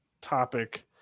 topic